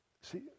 See